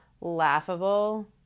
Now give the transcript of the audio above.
laughable